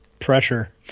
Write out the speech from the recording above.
pressure